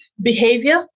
behavior